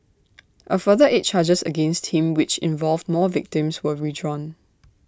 A further eight charges against him which involved more victims were withdrawn